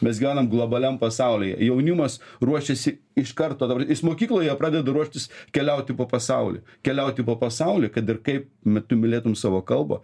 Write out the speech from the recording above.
mes gyvenam globaliame pasaulyje jaunimas ruošiasi iš karto dabar jis mokykloje pradeda ruoštis keliauti po pasaulį keliauti po pasaulį kad ir kaip me tu mylėtum savo kalbą